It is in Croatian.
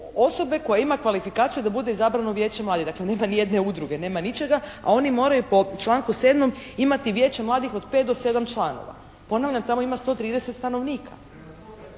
osobe koja ima kvalifikaciju da bude izabrano Vijeće mladih. Dakle, nema ni jedne udruge, nema ničega, a oni moraju po članku sedmom imati Vijeće mladih od pet do sedam članova. Ponavljam, tamo ima 130 stanovnika.